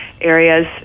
areas